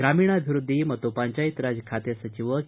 ಗ್ರಾಮೀಣಾಭವೃದ್ದಿ ಮತ್ತು ಪಂಚಾಯತ್ ರಾಜ್ ಖಾತೆ ಸಚಿವ ಕೆ